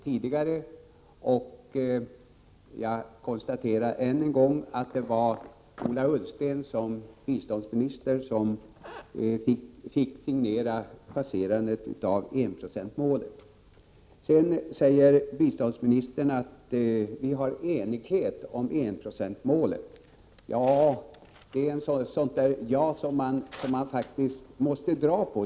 Jag konstaterar än en gång att det var Ola Ullsten som i sin egenskap av biståndsminister fick signera passerandet av enprocentsmålet. Biståndsministern sade att det råder enighet om enprocentsmålet. Ja — men ett sådant ”ja” som man faktiskt måste dra på.